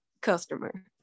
customer